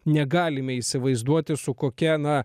negalime įsivaizduoti su kokia na